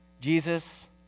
Jesus